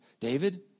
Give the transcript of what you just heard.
David